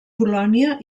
polònia